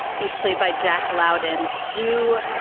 he's played by jack loudon. who?